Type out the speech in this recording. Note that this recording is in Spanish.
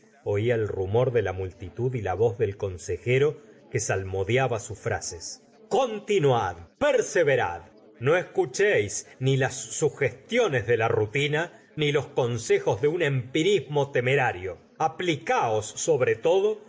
ola el rumor de la multitud y la voz del consejero que salmodiaba sus frases continuad perseverad no escuchéis ni las sugestiones de la rutina ni los consejos de un empirismo temerario aplicos sobre todo